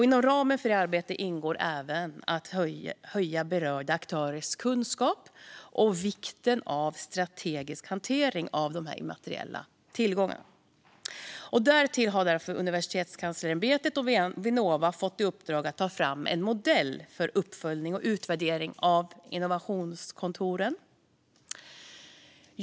Inom ramen för detta arbete ingår även att höja berörda aktörers kunskap om vikten av en strategisk hantering av immateriella tillgångar. Därtill har Universitetskanslersämbetet och Vinnova fått i uppdrag att ta fram en modell för uppföljning och utvärdering av innovationskontoren.